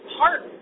heart